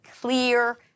clear